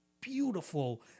beautiful